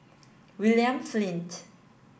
William Flint